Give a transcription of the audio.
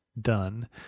done